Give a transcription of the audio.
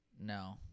No